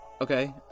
Okay